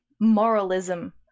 moralism